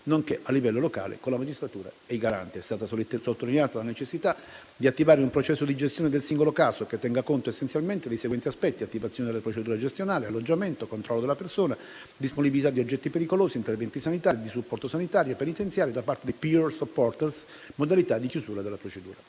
nonché a livello locale con la magistratura e i garanti. È stata sottolineata la necessità di attivare un processo di gestione del singolo caso, che tenga conto essenzialmente dei seguenti aspetti: attivazione della procedura gestionale, alloggiamento, controllo della persona, disponibilità di oggetti pericolosi, interventi sanitari, di supporto sanitario e penitenziario e da parte dei *peer supporter*, modalità chiusura della procedura.